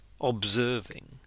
observing